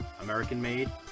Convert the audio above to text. American-made